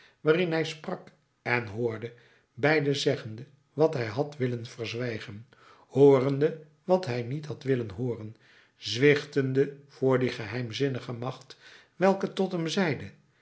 waarin hij sprak en hoorde beide zeggende wat hij had willen verzwijgen hoorende wat hij niet had willen hooren zwichtende voor die geheimzinnige macht welke tot hem zeide